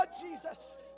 Jesus